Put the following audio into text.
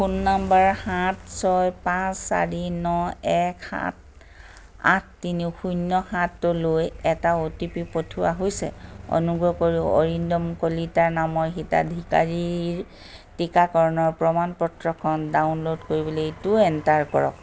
phone number সাত ছয় পাঁচ চাৰি ন এক সাত আঠ তিনি শূন্য সাতলৈ এটা অ' টি পি পঠিওৱা হৈছে অনুগ্ৰহ কৰি অৰিন্দম কলিতা নামৰ হিতাধিকাৰীৰ টীকাকৰণৰ প্ৰমাণ পত্ৰখন ডাউনল'ড কৰিবলৈ এইটো এণ্টাৰ কৰক